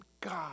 God